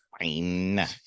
fine